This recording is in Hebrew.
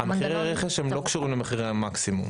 מכירי הרכש לא קשורים למחירי המקסימום.